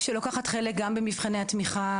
שלוקחת חלק גם במבחני התמיכה,